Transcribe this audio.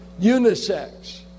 Unisex